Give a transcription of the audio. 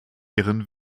ihren